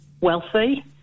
wealthy